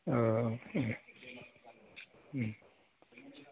औ